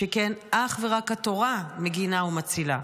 שכן אך ורק התורה מגינה ומצילה.